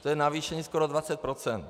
To je navýšení skoro 20 %.